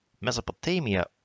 Mesopotamia